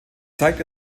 zeigt